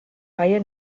reihe